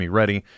ready